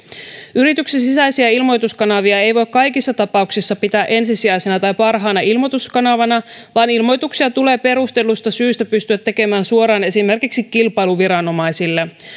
yrityksien sisäisiä ilmoituskanavia ei voi kaikissa tapauksissa pitää ensisijaisena tai parhaana ilmoituskanavana vaan ilmoituksia tulee perustellusta syystä pystyä tekemään suoraan esimerkiksi kilpailuviranomaisille